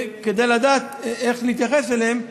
כדי לדעת איך להתייחס אליהם.